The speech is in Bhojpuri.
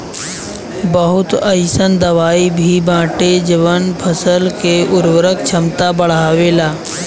बहुत अईसन दवाई भी बाटे जवन फसल के उर्वरक क्षमता बढ़ावेला